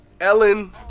Ellen